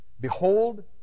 Behold